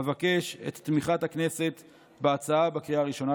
אבקש את תמיכת הכנסת בהצעה בקריאה הראשונה.